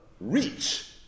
reach